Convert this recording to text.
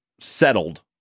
settled